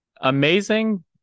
amazing